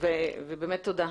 ובאמת תודה,